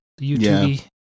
YouTube